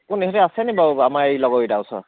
কোন ইহঁতি আছে নি বাৰু আমাৰ এই লগৰকেইটা ওচৰত